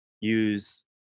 use